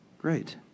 Great